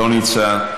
לא נמצא,